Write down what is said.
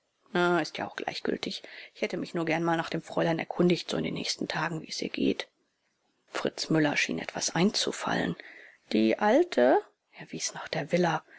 ist ja auch gleichgültig ich hätte mich nur gern mal nach dem fräulein erkundigt so in den nächsten tagen wie's ihr geht fritz müller schien etwas einzufallen die alte er wies nach der villa